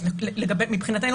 מבחינתנו,